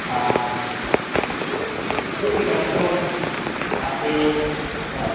ᱟᱪᱪᱷᱟ ᱪᱮᱫ ᱞᱮᱠᱟ ᱱᱤᱛᱚᱝ ᱟᱯᱮᱭᱟᱜ